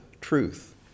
truth